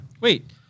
Wait